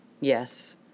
Yes